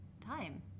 time